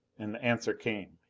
and the answer came,